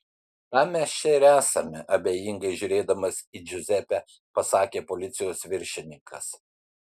tam mes čia ir esame abejingai žiūrėdamas į džiuzepę pasakė policijos viršininkas